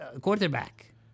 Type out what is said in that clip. quarterback